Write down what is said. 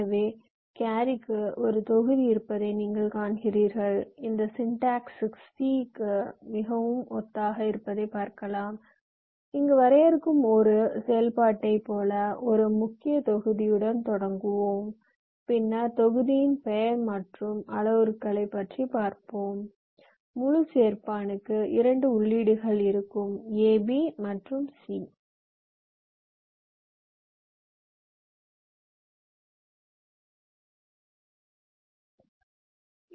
எனவே கேரிக்கு ஒரு தொகுதி இருப்பதை நீங்கள் காண்கிறீர்கள் இந்த சிண்டாக்ஸ் c க்கு மிகவும் ஒத்ததாக இருப்பதை பார்க்கலாம் இங்கு வரையறுக்கும் ஒரு செயல்பாட்டைப் போல ஒரு முக்கிய தொகுதிடன் தொடங்குவோம் பின்னர் தொகுதியின் பெயர் மற்றும் அளவுருக்கள் பற்றி பார்ப்போம் முழு சேர்பார்ப்பானுக்கு 2 உள்ளீடுகள் இருக்கும் ab மற்றும் c